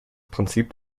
prinzip